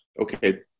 okay